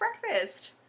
breakfast